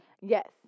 Yes